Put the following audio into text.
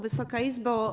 Wysoka Izbo!